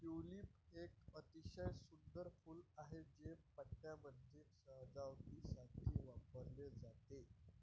tulip एक अतिशय सुंदर फूल आहे, ते पार्ट्यांमध्ये सजावटीसाठी वापरले जाते